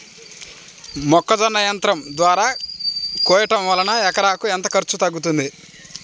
మొక్కజొన్న యంత్రం ద్వారా కోయటం వలన ఎకరాకు ఎంత ఖర్చు తగ్గుతుంది?